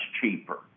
cheaper